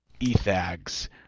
Ethags